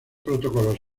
protocolos